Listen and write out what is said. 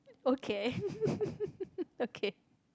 okay okay